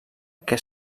que